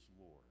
Lord